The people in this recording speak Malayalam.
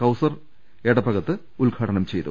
കൌസർ എടപ്പഗത്ത് ഉദ്ഘാടനം ചെയ്തു